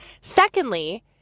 Secondly